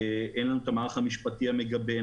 אין לנו את המערך המשפטי המגבה,